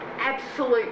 absolute